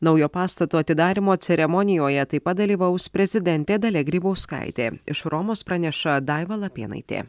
naujo pastato atidarymo ceremonijoje taip pat dalyvaus prezidentė dalia grybauskaitė iš romos praneša daiva lapėnaitė